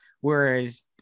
whereas